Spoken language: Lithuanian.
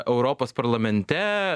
europos parlamente